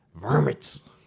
Vermits